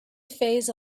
phase